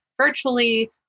virtually